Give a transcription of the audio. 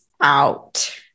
out